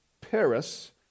Paris